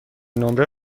نمره